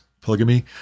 polygamy